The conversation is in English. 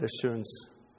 assurance